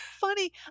funny